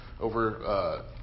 over